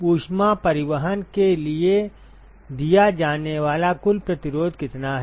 ऊष्मा परिवहन के लिए दिया जाने वाला कुल प्रतिरोध कितना है